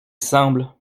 semble